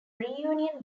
reunion